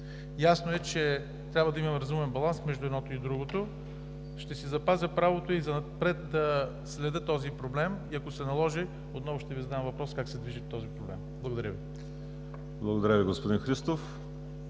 Ясно е, че трябва да има разумен баланс между едното и другото. Ще си запазя правото и занапред да следя този проблем и ако се наложи, отново ще Ви задам въпрос как се движи този проблем. Благодаря Ви. ПРЕДСЕДАТЕЛ ВАЛЕРИ